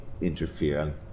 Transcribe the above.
interfere